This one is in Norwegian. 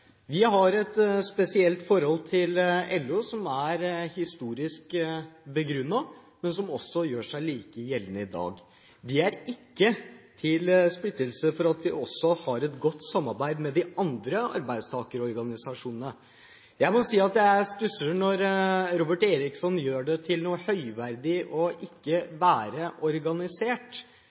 Vi har et spesielt forhold til LO, som er historisk begrunnet, men som også gjør seg like gjeldende i dag. Det er ikke til splittelse for at vi også har et godt samarbeid med de andre arbeidstakerorganisasjonene. Jeg må si at jeg stusser når Robert Eriksson gjør det til noe høyverdig ikke å være organisert. Det å ha et godt organisert